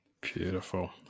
beautiful